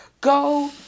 go